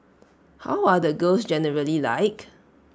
how are the girls generally like